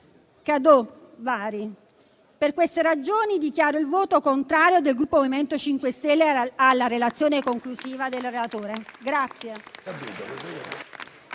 *Cadeaux* vari. Per queste ragioni, dichiaro il voto contrario del Gruppo MoVimento 5 Stelle alla relazione conclusiva del relatore.